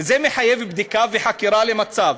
זה מחייב בדיקה וחקירה של המצב.